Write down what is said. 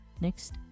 next